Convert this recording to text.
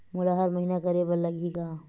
मोला हर महीना करे बर लगही का?